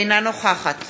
אינה נוכחת